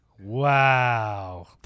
Wow